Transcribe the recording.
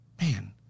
man